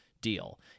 deal